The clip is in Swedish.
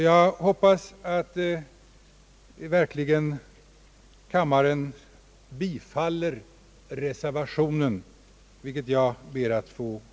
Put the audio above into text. Jag hoppas att kammaren verkligen bifaller reservationen, till vilken jag ber att få yrka bifall.